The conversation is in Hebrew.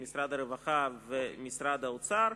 עם משרד הרווחה ועם משרד האוצר.